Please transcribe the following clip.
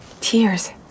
Tears